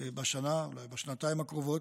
בשנה ובשנתיים הקרובות